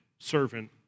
Servant